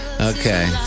Okay